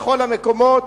בכל המקומות.